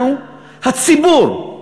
אנחנו, הציבור,